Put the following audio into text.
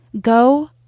Go